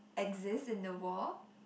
exists in the world